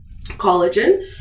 collagen